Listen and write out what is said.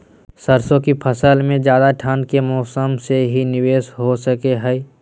सरसों की फसल में ज्यादा ठंड के मौसम से की निवेस हो सको हय?